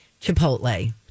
Chipotle